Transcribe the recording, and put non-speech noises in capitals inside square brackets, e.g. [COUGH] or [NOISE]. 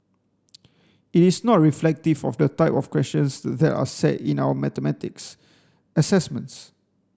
[NOISE] it is not reflective of the type of questions that are set in our mathematics assessments